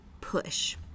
push